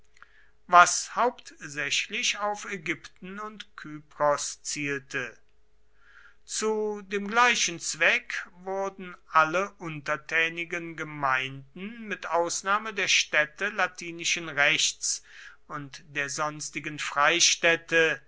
was hauptsächlich auf ägypten und kypros zielte zu dem gleichen zweck wurden alle untertänigen gemeinden mit ausnahme der städte latinischen rechts und der sonstigen freistädte